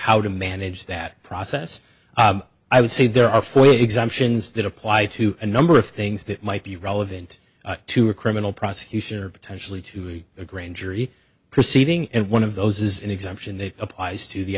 how to manage that process i would say there are four exemptions that apply to a number of things that might be relevant to a criminal prosecution or potentially to a grand jury proceeding and one of those is an exemption that applies to the